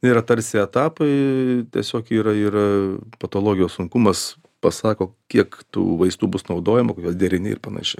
yra tarsi etapai tiesiog yra yra patologijos sunkumas pasako kiek tų vaistų bus naudojama jos deriniai ir panašiai